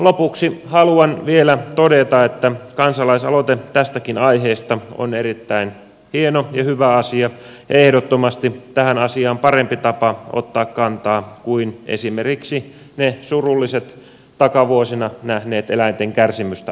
lopuksi haluan vielä todeta että kansalaisaloite tästäkin aiheesta on erittäin hieno ja hyvä asia ehdottomasti parempi tapa ottaa tähän asiaan kantaa kuin esimerkiksi ne surulliset takavuosina nähdyt eläinten kärsimystä aiheuttaneet turkistarhaiskut